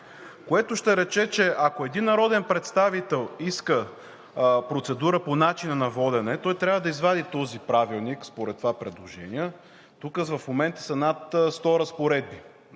което ще рече, че ако един народен представител иска процедура по начина на водене, той трябва да извади този правилник, (показва правилник) според това предложение, тук в момента са над 100 разпоредби,